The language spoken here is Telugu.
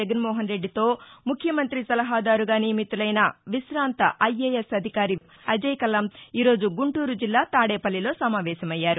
జగన్నోహన్రెడ్డితో ముఖ్యమంతి సలహాదారుగా నియమితులైన విశాంత ఐ ఏ ఎస్ అధికారి అజయ్కల్లాం ఈ రోజు గుంటూరు జిల్లా తాదేపల్లిలో సమావేశమయ్యారు